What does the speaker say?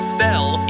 fell